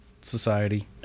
society